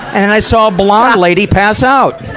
and i saw a blonde lady pass out.